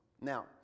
Now